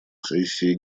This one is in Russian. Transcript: сессии